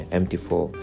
mt4